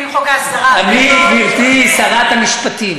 גברתי שרת המשפטים,